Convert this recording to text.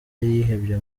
yihebye